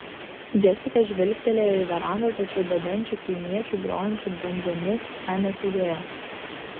džesika žvilgtelėjo į verandą tačiau bedančių kaimiečių grojančių bandžomis ten nesėdėjo